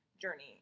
journey